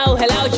hello